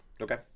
Okay